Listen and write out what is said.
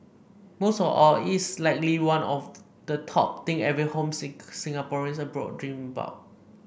most of all it's likely one of the top thing every homesick Singaporean abroad dreams about